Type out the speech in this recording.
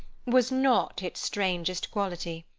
was not its strangest quality.